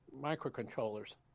microcontrollers